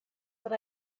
but